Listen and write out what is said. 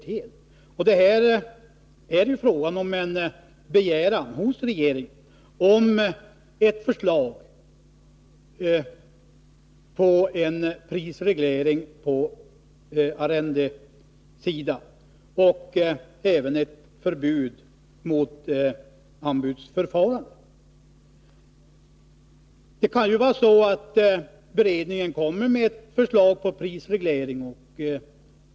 Det är här fråga om att hos regeringen begära ett förslag till prisreglering på arrendesidan och ett förslag till lag om förbud mot anbudsförfarande. Beredningen kanske kommer med ett förslag till prisreglering.